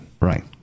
Right